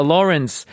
Lawrence